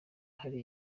hari